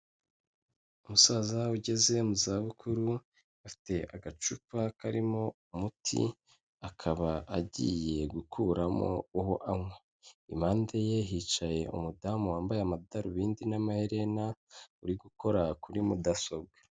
Umusaza ugeze mu za bukuru, afite agacupa karimo umuti akaba agiye gukuramo uwo anywa, impande ye hicaye umudamu wambaye amadarubindi n'amaherena uri gukora kuri mudasobwa.